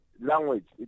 language